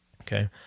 Okay